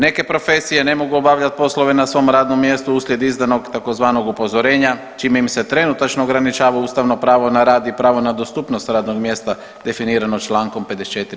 Neke profesije ne mogu obavljati poslove na svom radnom mjestu uslijed izdanog tzv. upozorenja čime im se trenutačno ograničava ustavno pravo na rad i pravo na dostupnost radnog mjesta definirano člankom 54.